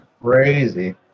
Crazy